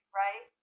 right